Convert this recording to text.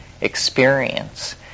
experience